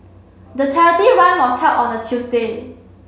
the charity run was held on a Tuesday